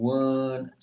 one